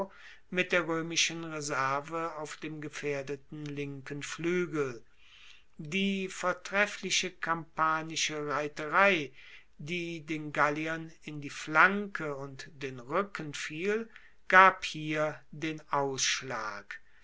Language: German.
mit der roemischen reserve auf dem gefaehrdeten linken fluegel die vortreffliche kampanische reiterei die den galliern in die flanke und den ruecken fiel gab hier den ausschlag